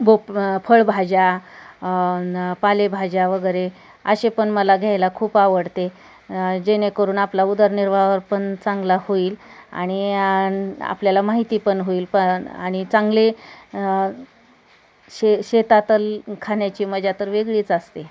बोप फळभाज्या पालेभाज्या वगैरे असे पण मला घ्यायला खूप आवडते जेणेकरून आपला उदरनिर्वाह पण चांगला होईल आणि आपल्याला माहिती पण होईल प आणि चांगले शे शेतातल खाण्याची मजा तर वेगळीच असते